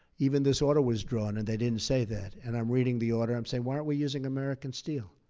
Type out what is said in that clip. even this order was drawn and they didn't say that. and i'm reading the order, i'm saying, why aren't we using american steel?